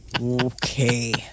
Okay